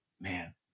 man